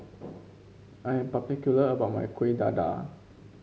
I'm particular about my Kuih Dadar